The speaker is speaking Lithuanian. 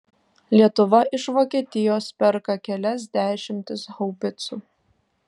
lietuva iš vokietijos perka kelias dešimtis haubicų